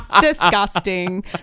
disgusting